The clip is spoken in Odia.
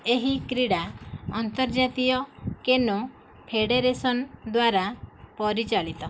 ଏହି କ୍ରୀଡ଼ା ଅନ୍ତର୍ଜାତୀୟ କେନୋ ଫେଡ଼େରେସନ୍ ଦ୍ୱାରା ପରିଚାଳିତ